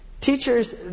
teachers